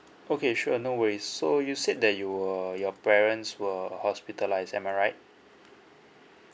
okay sure no worries so you said that you were your parents were hospitalised am I right